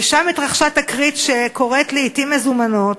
ושם התרחשה תקרית שקורית לעתים מזומנות,